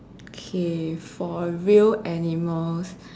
okay for real animals